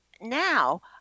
now